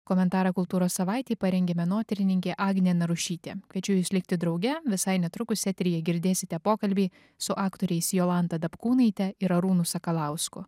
komentarą kultūros savaitei parengė menotyrininkė agnė narušytė kviečiu jus likti drauge visai netrukus eteryje girdėsite pokalbį su aktoriais jolanta dapkūnaite ir arūnu sakalausku